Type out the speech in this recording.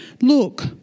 Look